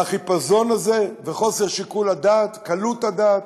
והחיפזון הזה וחוסר שיקול הדעת, קלות הדעת,